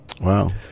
Wow